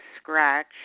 scratch